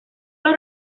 los